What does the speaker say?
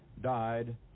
died